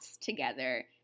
together